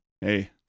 hey